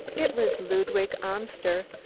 it was ludwig amster,